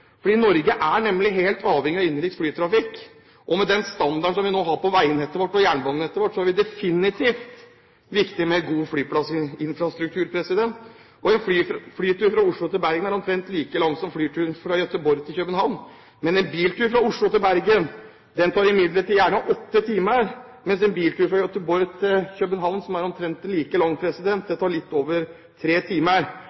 Norge er nemlig helt avhengig av innenriks flytrafikk, og med den standarden som vi nå har på veinettet og jernbanenettet vårt, er det definitivt viktig med en god flyplassinfrastruktur. Flyturen fra Oslo til Bergen er omtrent like lang som flyturen fra Göteborg til København. En biltur fra Oslo til Bergen tar gjerne åtte timer, mens en biltur fra Göteborg til København – avstanden er omtrent like